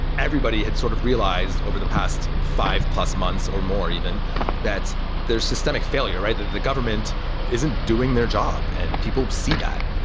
everybody had sort of realized over the past five plus months or more even that there's systemic failure. right, that the government isn't doing their job and people see that.